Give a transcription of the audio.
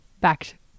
back